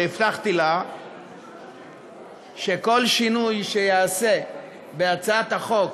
והבטחתי לה שכל שינוי שייעשה בהצעת החוק